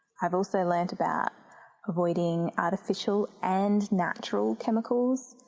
i've also learned about avoiding artificial and natural chemicals,